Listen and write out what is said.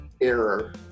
error